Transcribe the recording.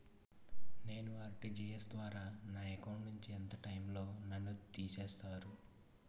నేను ఆ.ర్టి.జి.ఎస్ ద్వారా నా అకౌంట్ నుంచి ఎంత టైం లో నన్ను తిసేస్తారు?